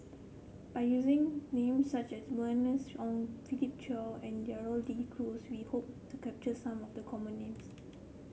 by using names such as Bernice Ong Philip Chia and Gerald De Cruz we hope to capture some of the common names